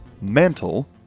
Mantle